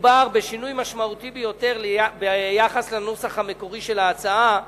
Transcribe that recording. מדובר בשינוי משמעותי ביותר ביחס לנוסח המקורי של ההצעה,